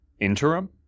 interim